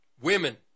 Women